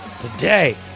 today